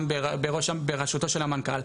גם בראשותו של המנכ"ל.